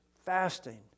fasting